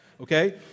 okay